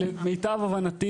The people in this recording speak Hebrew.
למיטב הבנתי,